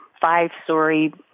five-story